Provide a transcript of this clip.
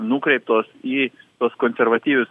nukreiptos į tuos konservatyvius